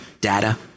data